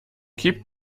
keep